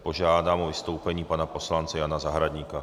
Požádám o vystoupení pana poslance Jana Zahradníka.